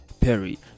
Perry